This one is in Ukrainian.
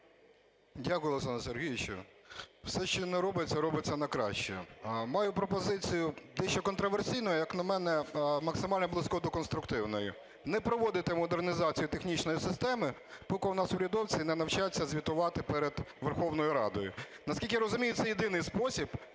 Дякую, Олександр Сергійович. Все, що не робиться – робиться на краще. Маю пропозицію дещо контроверсійну, а як на мене, максимально близьку до конструктивної. Не проводити модернізацію технічної системи, поки у нас урядовці не навчаться звітувати перед Верховною Радою. Наскільки я розумію, це єдиний спосіб